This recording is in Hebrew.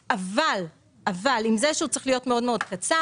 אבל עם זה שהוא צריך להיות מאוד מאוד קצר,